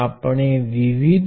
વચ્ચે એક short circuit છે